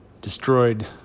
destroyed